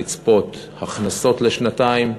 לצפות הכנסות לשנתיים,